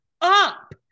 up